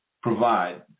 provide